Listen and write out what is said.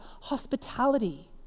hospitality